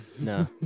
No